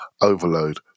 overload